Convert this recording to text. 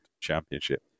championship